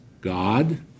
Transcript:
God